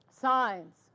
signs